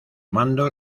mando